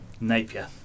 napier